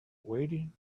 waiting